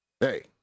Hey